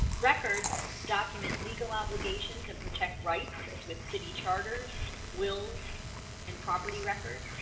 records document legal obligations and protect rights as with city charters will and property record